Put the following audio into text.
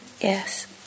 yes